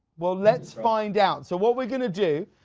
well, let's find out. so what we're going to do.